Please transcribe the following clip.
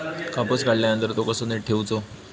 कापूस काढल्यानंतर तो कसो नीट ठेवूचो?